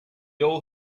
all